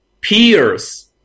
peers